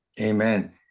Amen